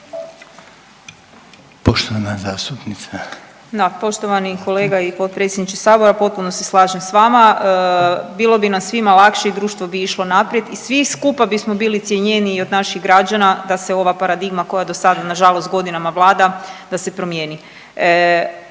Andreja (SDP)** Da, poštovani kolega i potpredsjedniče sabora, potpuno se slažem s vama. Bilo bi nam svima lakše i društvo bi išlo naprijed i svi skupa bismo bili cjenjeniji i od naših građana da se ova paradigma koja dosada nažalost godinama vlada da se promijeni.